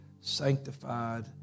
sanctified